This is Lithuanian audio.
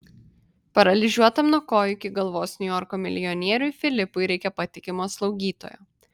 paralyžiuotam nuo kojų iki galvos niujorko milijonieriui filipui reikia patikimo slaugytojo